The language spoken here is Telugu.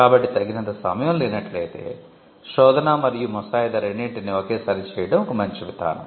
కాబట్టి తగినంత సమయం లేనట్లయితే శోధన మరియు ముసాయిదా రెండింటినీ ఒకేసారి చేయడం ఒక మంచి విధానం